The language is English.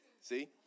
See